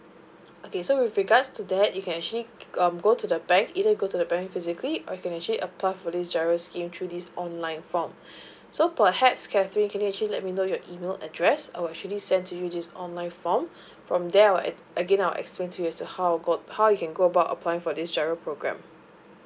okay so with regards to that you can actually um go to the bank either go to the bank physically or you can actually apply for this giro scheme through this online form so perhaps catherine can you actually let me know your email address I'll actually send to you this online form from there or at again I'll explain to you is how about how you can go about applying for this giro program